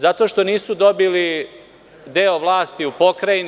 Zato što nisu dobili deo vlasti u AP.